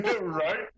Right